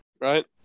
right